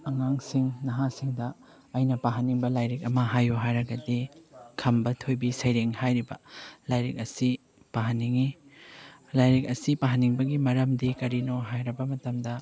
ꯑꯉꯥꯡꯁꯤꯡ ꯅꯍꯥꯁꯤꯡꯗ ꯑꯩꯅ ꯄꯥꯍꯟꯅꯤꯡꯕ ꯂꯥꯏꯔꯤꯛ ꯑꯃ ꯍꯥꯏꯌꯣ ꯍꯥꯏꯔꯒꯗꯤ ꯈꯝꯕ ꯊꯣꯏꯕꯤ ꯁꯩꯔꯦꯡ ꯍꯥꯏꯔꯤꯕ ꯂꯥꯏꯔꯤꯛ ꯑꯁꯤ ꯄꯥꯍꯟꯅꯤꯡꯉꯤ ꯂꯥꯏꯔꯤꯛ ꯑꯁꯤ ꯄꯥꯍꯟꯅꯤꯡꯕꯒꯤ ꯃꯔꯝꯗꯤ ꯀꯔꯤꯅꯣ ꯍꯥꯏꯔꯕ ꯃꯇꯝꯗ